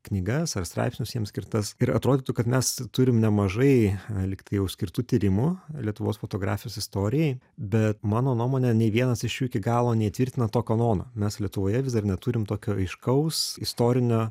knygas ar straipsnius jiems skirtas ir atrodytų kad mes turim nemažai lyg tai jau skirtų tyrimų lietuvos fotografijos istorijai bet mano nuomone nei vienas iš jų iki galo neįtvirtina to kanono mes lietuvoje vis dar neturim tokio aiškaus istorinio